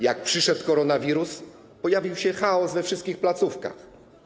Jak przyszedł koronawirus, pojawił się chaos we wszystkich placówkach.